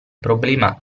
problema